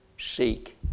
seek